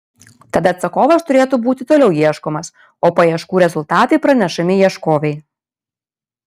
tad atsakovas turėtų būti toliau ieškomas o paieškų rezultatai pranešami ieškovei